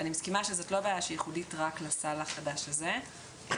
מסכימה שזאת לא בעיה שהיא ייחודית רק לסל החדש הזה ואני